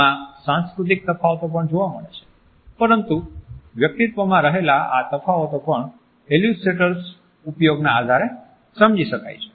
તેમાં સાંસ્કૃતિક તફાવતો પણ જોવા મળે છે પરંતુ વ્યક્તિત્વમાં રહેલા આ તફાવતો પણ ઈલ્યુસ્ટ્રેટર્સ ઉપયોગના આધારે સમજી શકાય છે